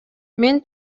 мен